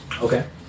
Okay